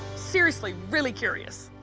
seriously, really curious.